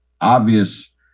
obvious